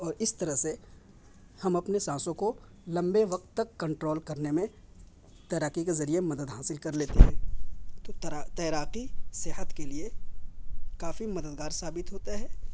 اور اس طرح سے ہم اپنے سانسوں کو لمبے وقت تک کنٹرول کرنے میں تیراکی کے ذریعہ مدد حاصل کر لیتے ہیں کہ تیراکی صحت کے لیے کافی مدد گار ثابت ہوتا ہے